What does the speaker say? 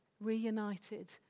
reunited